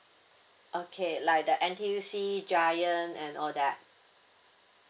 okay like the N_T_U_C giant and all that